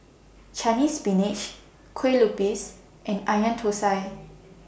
Chinese Spinach Kuih Lopes and Onion Thosai